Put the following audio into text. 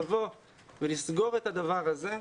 לבוא ולסגור את הדבר הזה,